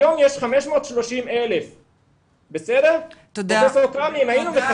היום יש 530,000. תודה רבה.